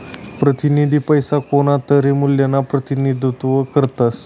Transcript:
प्रतिनिधी पैसा कोणतातरी मूल्यना प्रतिनिधित्व करतस